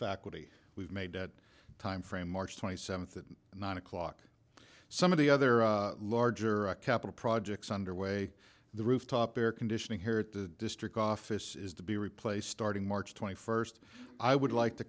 faculty we've made at a time frame march twenty seventh the nine o'clock some of the other larger capital projects underway the rooftop air conditioning here at the district office is to be replaced starting march twenty first i would like to